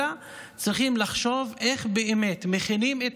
אלא צריכים לחשוב איך באמת מכינים את